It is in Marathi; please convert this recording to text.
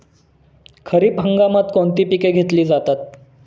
खरीप हंगामात कोणती पिके घेतली जातात?